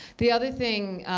the other thing,